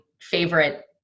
favorite